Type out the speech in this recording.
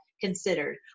considered